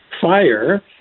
fire